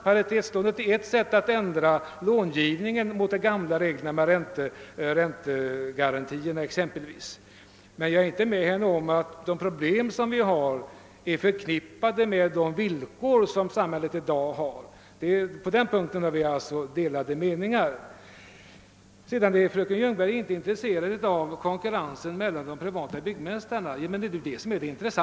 Paritetslånen är ett sätt att ändra långivningen jämfört med t.ex. de gamla reglerna om räntegarantier. Men jag håller inte med fröken Ljungberg om att de problem som mö ter på detta område är förknippade med de villkor som samhället i dag erbjuder. Fröken Ljungberg är inte intresserad av konkurrensen mellan de privata byggmästarna. Men det är ju den saken som är betydelsefull.